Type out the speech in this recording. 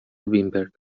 وینبرگ